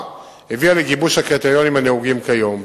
הביאה לגיבוש הקריטריונים הנהוגים כיום.